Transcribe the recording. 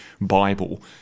Bible